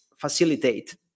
facilitate